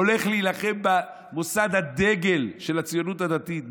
הולך להילחם במוסד הדגל של הציונות הדתית,